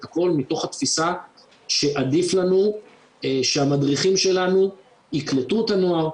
הכול מתוך התפיסה שעדיף לנו שהמדריכים שלנו יקלטו את הנוער,